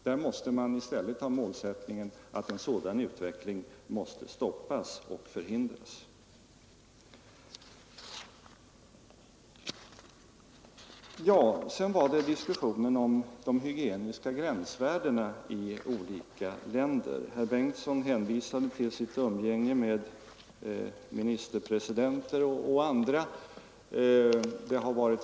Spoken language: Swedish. Man måste i stället ha målsättningen att stoppa och förhindra en sådan utveckling. Så till diskussionen om de hygieniska gränsvärdena i olika länder! Herr Bengtsson hänvisade till sitt umgänge med ministerpresidenter och andra.